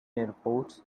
airports